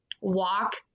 walk